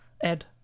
Ed